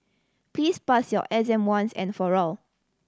please pass your exam once and for all